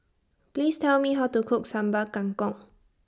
Please Tell Me How to Cook Sambal Kangkong